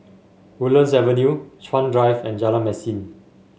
Woodlands Avenue Chuan Drive and Jalan Mesin